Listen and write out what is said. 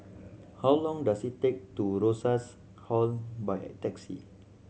how long does it take to Rosas Hall by taxi